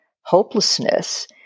hopelessness